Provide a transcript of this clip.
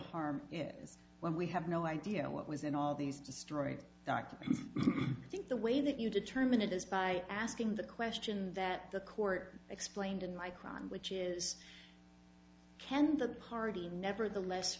harm is when we have no idea what was in all these destroyed documents i think the way that you determine it is by asking the question that the court explained in micron which is can the party nevertheless